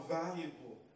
valuable